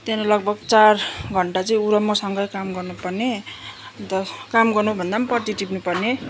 त्यहाँनिर लगभग चार घन्टा चाहिँ उ र मसँगै काम गर्नु पर्ने अन्त काम गर्नु भन्दा पनि पत्ती टिप्नु पर्ने